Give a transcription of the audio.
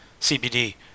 CBD